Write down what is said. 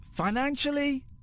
Financially